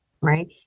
right